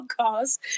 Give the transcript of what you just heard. podcast